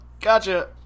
Gotcha